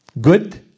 good